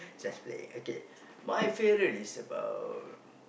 just play okay my favourite is about